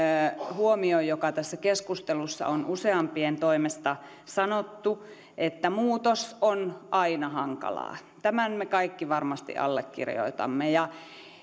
huomion joka tässä keskustelussa on useampien toimesta sanottu että muutos on aina hankalaa tämän me kaikki varmasti allekirjoitamme